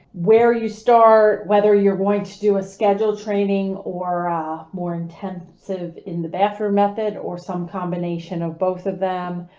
where you start, whether you're going to do a schedule training or ah a more intensive in the bathroom method or some combination of both of them,